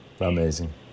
amazing